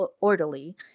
orderly